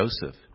Joseph